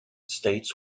states